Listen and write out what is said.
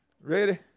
Ready